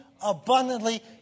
abundantly